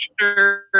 sure